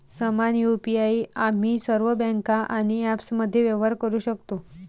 समान यु.पी.आई आम्ही सर्व बँका आणि ॲप्समध्ये व्यवहार करू शकतो